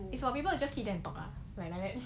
it's for people to just sit there and talk ah ya but then